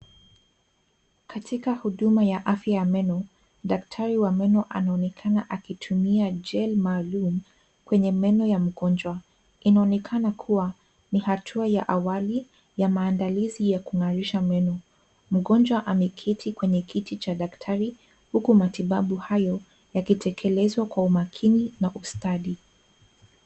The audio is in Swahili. Katika huduma ya afya ya meno, daktari wa meno anaonekana akitumia gel maalum kwenye meno ya mgonjwa. Inaonekana kuwa ni hatua ya awali ya maandalizi ya kung'arisha meno. Mgonjwa ameketi kwenye kiti cha daktari huku matibabu hayo yakitekelezwa kwa umakini na ustadi.